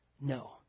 No